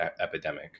epidemic